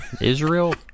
israel